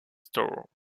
store